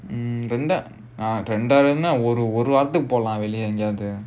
mm ah ரொம்ப வேணா ஒரு வாரத்துக்கு போலாம் வெளிய:romba venaa oru vaarathukku polaam veliya